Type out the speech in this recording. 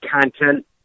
content